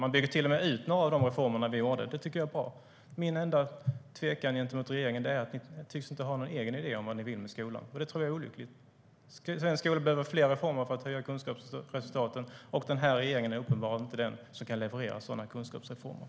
De bygger till och med ut några av våra reformer, och det tycker jag är bra. Min enda tvekan gentemot regeringen är att den inte tycks ha någon egen idé om vad den vill med skolan. Det tror jag är olyckligt. Svensk skola behöver fler reformer för att höja kunskapsresultaten, men sådana kunskapsreformer kan den här regeringen uppenbarligen inte leverera.